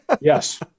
Yes